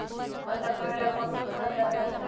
खाता खोले ले कौन कौन कागज लगतै?